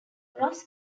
ross